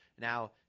Now